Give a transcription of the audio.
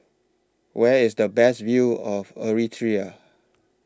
Where IS The Best View of Eritrea